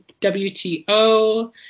WTO